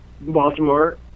Baltimore